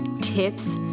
tips